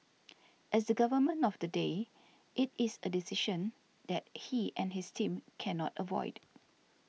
as the Government of the day it is a decision that he and his team cannot avoid